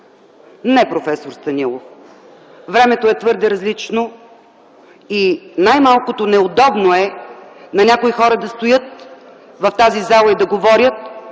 Не, проф. Станилов. Времето е твърде различно и, най-малкото, неудобно е на някои хора да стоят в тази зала и да говорят,